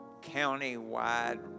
countywide